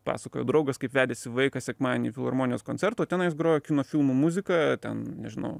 pasakojo draugas kaip vedėsi vaiką sekmadienį į filharmonijos koncertą o tenais grojo kino filmų muzika ten nežinau